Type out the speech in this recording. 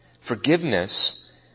Forgiveness